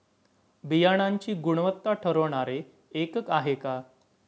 बियाणांची गुणवत्ता ठरवणारे एकक आहे का?